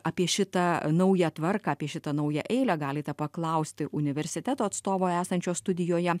apie šitą naują tvarką apie šitą naują eilę galite paklausti universiteto atstovo esančio studijoje